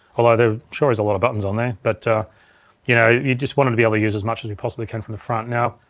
although there sure is a lot of buttons on there but you know you just want to be able to use as much as you possibly can from the front. now,